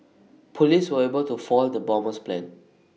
Police were able to foil the bomber's plans